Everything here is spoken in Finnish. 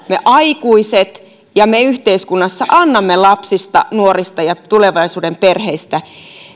me aikuiset ja me yhteiskunnassa annamme lapsista nuorista ja tulevaisuuden perheistä